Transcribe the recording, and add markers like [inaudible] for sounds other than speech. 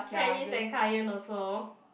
Carris and Kaiyan also [breath]